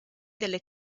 delle